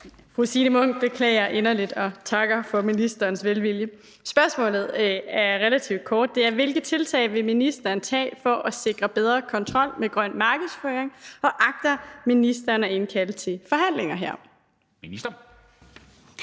Fru Signe Munk beklager inderligt – og takker for ministerens velvilje. Spørgsmålet er relativt kort: Hvilke tiltag vil ministeren tage for at sikre bedre kontrol med grøn markedsføring, og agter ministeren at indkalde til forhandlinger herom? Kl.